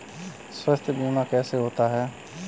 स्वास्थ्य बीमा कैसे होता है?